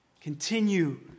Continue